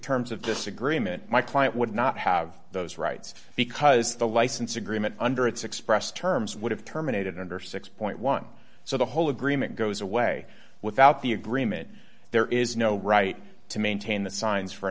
terms of this agreement my client would not have those rights because the license agreement under its express terms would have terminated under six dollars so the whole agreement goes away without the agreement there is no right to maintain the signs for